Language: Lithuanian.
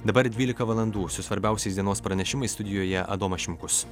dabar dvylika valandų su svarbiausiais dienos pranešimais studijoje adomas šimkus